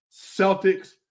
Celtics